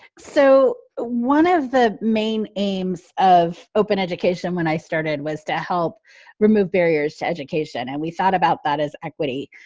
so, one of the main aims of open education when i started was to help remove barriers to education, and we thought about that as equity.